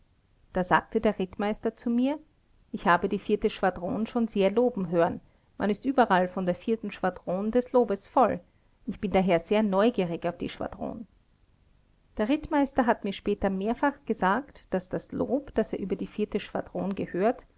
da sagte der rittmeister zu mir ich habe die schwadron schon sehr loben hören man ist überall von der schwadron dron des lobes voll ich bin daher sehr neugierig auf die schwadron der rittmeister hat mir später mehrfach gesagt daß das lob das er über die schwadron gehört